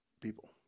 people